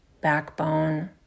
backbone